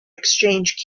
exchange